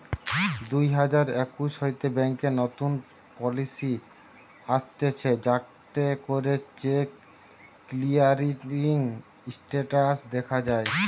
দুই হাজার একুশ হইতে ব্যাংকে নতুন পলিসি আসতিছে যাতে করে চেক ক্লিয়ারিং স্টেটাস দখা যায়